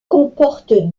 comporte